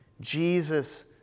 Jesus